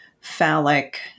phallic